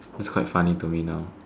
it's quite funny to me now